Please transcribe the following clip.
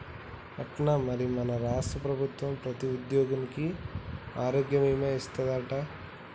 అట్నా మరి మన రాష్ట్ర ప్రభుత్వం ప్రతి ఉద్యోగికి ఆరోగ్య భీమా ఇస్తాదట